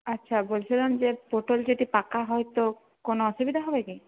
আচ্ছা বলছিলাম যে পটল যদি পাকা হয় তো কোনো আসুবিধা হবে কি